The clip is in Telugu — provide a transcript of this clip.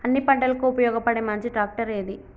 అన్ని పంటలకు ఉపయోగపడే మంచి ట్రాక్టర్ ఏది?